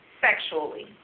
sexually